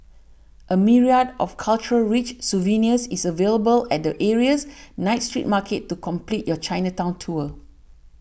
a myriad of cultural rich souvenirs is available at the area's night street market to complete your Chinatown tour